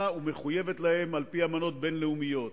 בהן ומחויבת להן על-פי אמנות בין-לאומיות.